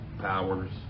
powers